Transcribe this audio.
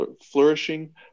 flourishing